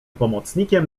pomocnikiem